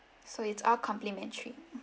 so it's all complimentary